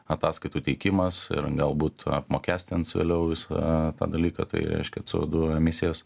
ataskaitų teikimas ir galbūt apmokestins vėliau visą tą dalyką tai reiškia c o du emisijas